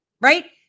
right